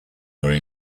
were